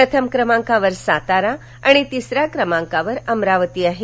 प्रथम क्रमांकावर सातारा आणि तिसऱ्या क्रमांकावर अमरावती आहे